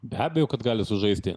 be abejo kad gali sužaisti